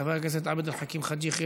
חבר הכנסת עבד אל חכים חאג' יחיא,